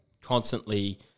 constantly